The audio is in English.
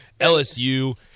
LSU